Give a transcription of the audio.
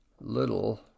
little